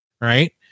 right